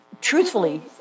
Truthfully